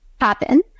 happen